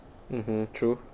mmhmm